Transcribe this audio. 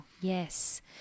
Yes